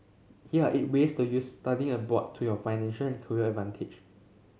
here are eight ways to use studying abroad to your financial and career advantage